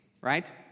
right